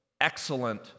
excellent